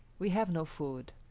we have no food.